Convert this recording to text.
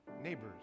neighbors